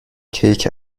کیک